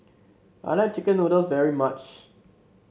I like chicken noodles very much